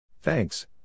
Thanks